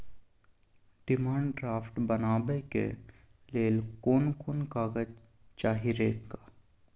Demand draft बनाबैक लेल कोन कोन कागज चाही रे?